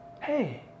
Hey